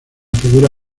figura